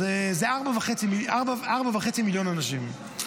הם 4.5 מיליון אנשים.